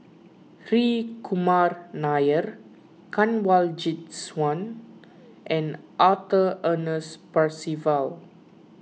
Hri Kumar Nair Kanwaljit Soin and Arthur Ernest Percival